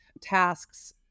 tasks